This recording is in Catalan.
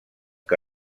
que